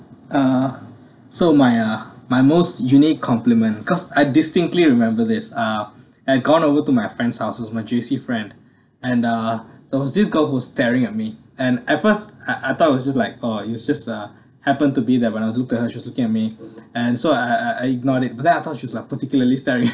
uh so my ah my most unique compliment because I distinctly remember this uh I gone over to my friend's house it was my J_C friend and uh there was this girl who staring at me and at first I I thought it was just like oh it just uh happened to be there when I look at her she was looking at me and so I I I ignored it because I thought she was like particularly starring